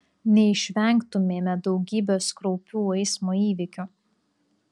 neišvengtumėme daugybės kraupių eismo įvykių